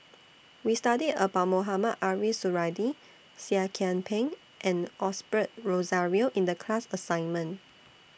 We studied about Mohamed Ariff Suradi Seah Kian Peng and Osbert Rozario in The class assignment